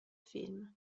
film